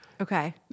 Okay